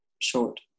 short